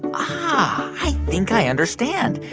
um ah i think i understand.